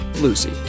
Lucy